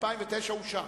2009 אושר.